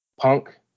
punk